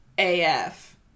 AF